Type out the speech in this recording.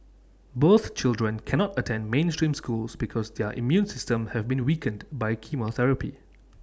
both children cannot attend mainstream schools because their immune systems have been weakened by chemotherapy